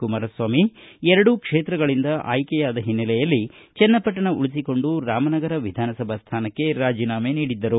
ಕುಮಾರಸ್ವಾಮಿ ಎರಡೂ ಕ್ಷೇತ್ರಗಳಂದ ಆಯ್ಕೆಯಾದ ಹಿನ್ನೆಲೆಯಲ್ಲಿ ಚನ್ನಪಟ್ಟಣ ಉಳಿಸಿಕೊಂಡುರಾಮನಗರ ವಿಧಾನಸಭಾ ಸ್ಯಾನಕ್ಷೆ ರಾಜಿನಾಮೆ ನೀಡಿದ್ದರು